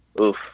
oof